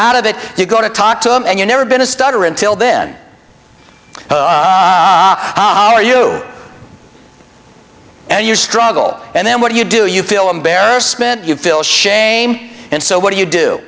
out of it you go to talk to him and you never been a starter until then are you and you struggle and then what do you do you feel embarrassment you feel shame and so what do you do